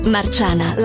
Marciana